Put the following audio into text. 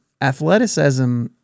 athleticism